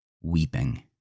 weeping